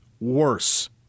worse